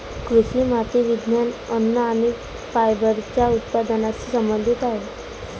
कृषी माती विज्ञान, अन्न आणि फायबरच्या उत्पादनाशी संबंधित आहेत